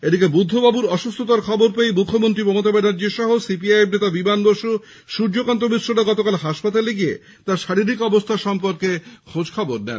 এদিকে বুদ্ধবাবুর অসুস্থতার খবর পেয়েই মুখ্যমন্ত্রী মমতা ব্যানার্জি সহ সিপিআইএম নেতা বিমান বসু সূর্যকান্ত মিশ্ররা হাসপাতালে গিয়ে তাঁর শারীরিক অবস্থা সম্পর্কে খোঁজ খবর নেন